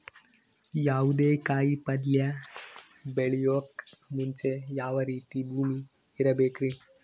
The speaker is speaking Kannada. ಯಾವುದೇ ಕಾಯಿ ಪಲ್ಯ ಬೆಳೆಯೋಕ್ ಮುಂಚೆ ಯಾವ ರೀತಿ ಭೂಮಿ ಇರಬೇಕ್ರಿ?